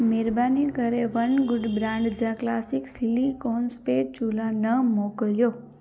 महिरबानी करे one good brand जा क्लासिक सिलिकॉन स्टेचुला न मोकिलियो